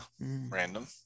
random